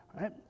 right